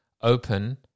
open